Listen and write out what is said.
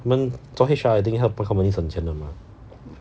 I mean 做 H_R I think 他帮 company 省钱的 mah